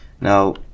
now